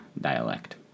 dialect